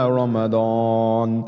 Ramadan